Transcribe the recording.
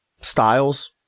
styles